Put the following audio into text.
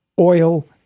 oil